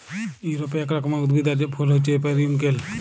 ইউরপে এক রকমের উদ্ভিদ আর ফুল হচ্যে পেরিউইঙ্কেল